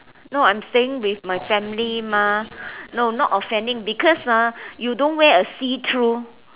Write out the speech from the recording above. no I'm staying with my family mah no not offending because ah you don't wear a see through